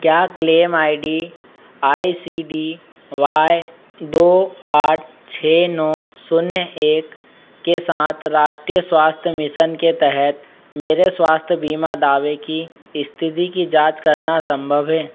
क्या claim I C D Y दो आठ छः नौ शून्य एक के साथ राष्ट्रीय स्वास्थ्य मिसन के तहत मेरे स्वास्थ्य बीमा दावे की स्थिति की जांच करना संभव है